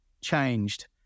changed